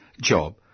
job